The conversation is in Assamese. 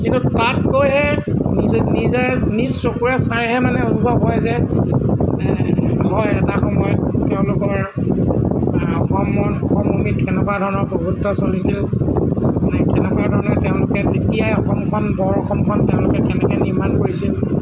কিন্তু তাত গৈহে নিজে নিজে নিজ চকুৰে চাইহে মানে অনুভৱ হয় যে হয় এটা সময়ত তেওঁলোকৰ অসমৰ অসমভূমিত কেনেকুৱা ধৰণৰ প্ৰভূত্ব চলিছিল কেনেকুৱা ধৰণে তেওঁলোকে তেতিয়াই অসমখন বৰ অসমখন তেওঁলোকে কেনেকৈ নিৰ্মাণ কৰিছিল